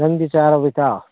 ꯅꯪꯗꯤ ꯆꯥꯔꯕꯣ ꯏꯇꯥꯎ